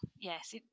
yes